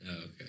okay